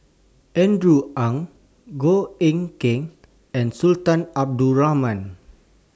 Andrew Ang Goh Eck Kheng and Sultan Abdul Rahman